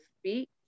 speak